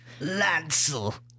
Lancel